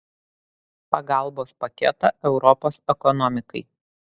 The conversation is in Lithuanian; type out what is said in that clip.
pagalbos paketą europos ekonomikai